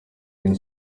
rayon